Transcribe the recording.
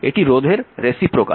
এটি রোধের রেসিপ্রোকাল